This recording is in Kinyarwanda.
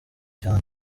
cyane